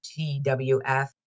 TWF